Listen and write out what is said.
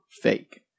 fake